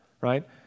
right